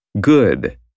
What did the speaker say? Good